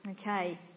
okay